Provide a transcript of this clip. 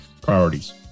priorities